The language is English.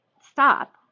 stop